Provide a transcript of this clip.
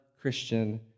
Christian